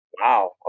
wow